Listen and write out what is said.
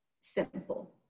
simple